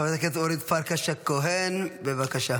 חברת הכנסת אורית פרקש הכהן, נחמד שאתה